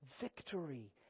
victory